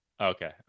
Okay